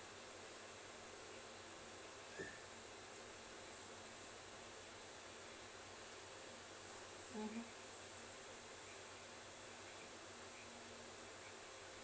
mm